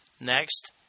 Next